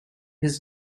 his